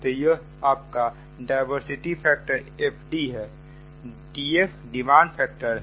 तो यह आपका डायवर्सिटी फैक्टर FD है DF डिमांड फैक्टर है